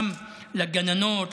גם לגננות,